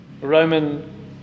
Roman